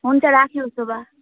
हुन्छ राखेँ उसो भए